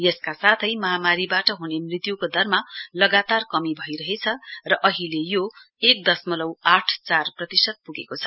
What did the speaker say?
यसका साथै महामारीबाट ह्ने मृत्युको दरमा लगातार कमी भइरहेछ र अहिले यो एक दशमलउ आठ चार प्रतिशत प्गेको छ